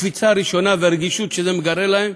הקפיצה הראשונה והרגישות שזה מגרה להם,